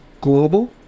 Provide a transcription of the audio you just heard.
Global